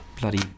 bloody